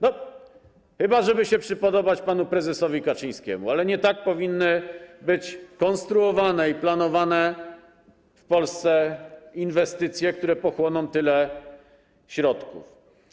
No, chyba żeby się przypodobać panu prezesowi Kaczyńskiemu, ale to nie tak powinny być konstruowane i planowane w Polsce inwestycje, które pochłoną tyle środków.